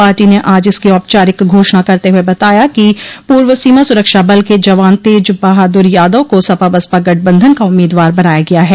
party ने आज इसकी औपचारिक घोषणा करते हुए बताया कि पूर्व सीमा सुरक्षा बल के जवान तेज बहादुर यादव को सपा बसपा गठबंधन का उम्मीदवार बनाया गया है